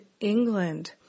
England